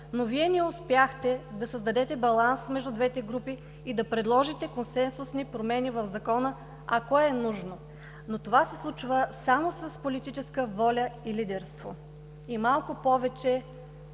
но Вие не успяхте да създадете баланс между двете групи и да предложите консенсусни промени в Закона, ако е нужно, но това се случва само с политическа воля и лидерство и малко повече